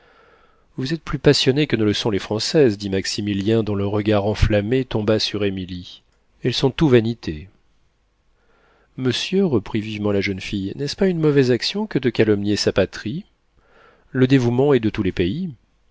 vous êtes plus passionnées que ne le sont les françaises dit maximilien dont le regard enflammé tomba sur émilie elles sont tout vanité monsieur reprit vivement la jeune fille n'est-ce pas une mauvaise action que de calomnier sa patrie le dévouement est de tous les pays